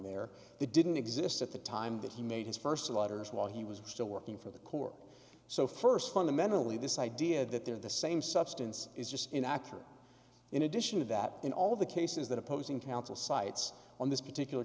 there they didn't exist at the time that he made his first letters while he was still working for the court so first fundamentally this idea that they're the same substance is just inaccurate in addition to that in all of the cases that opposing counsel cites on this particular